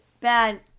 bad